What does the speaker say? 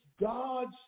God's